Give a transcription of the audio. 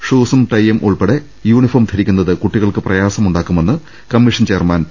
ഷൂസും ടൈയും ഉൾപ്പെടെ യൂണിഫോം ധരിക്കുന്നത് കുട്ടികൾക്ക് പ്രയാസമുണ്ടാക്കു മെന്ന് കമ്മിഷൻ ചെയർമാൻ പി